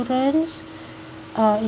uh in